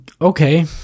Okay